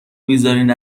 میذارین